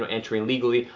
um entering legally,